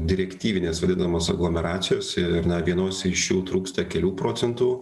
direktyvinės vadinamos aglomeracijos ir na vienose iš jų trūksta kelių procentų